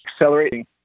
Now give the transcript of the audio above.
accelerating